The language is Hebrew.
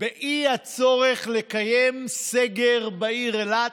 האי-צורך לקיים סגר בעיר אילת,